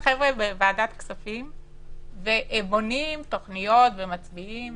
בוועדת הכספים, בונים תוכניות ומצביעים